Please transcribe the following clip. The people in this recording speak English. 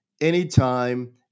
anytime